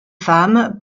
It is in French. femme